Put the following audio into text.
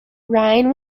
ryan